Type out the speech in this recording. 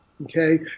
okay